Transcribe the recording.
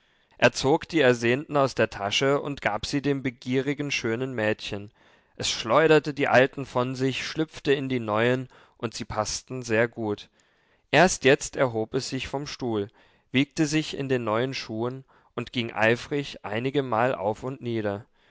er zog die ersehnten aus der tasche und gab sie dem begierigen schönen mädchen es schleuderte die alten von sich schlüpfte in die neuen und sie paßten sehr gut erst jetzt erhob es sich vom stuhl wiegte sich in den neuen schuhen und ging eifrig einigemal auf und nieder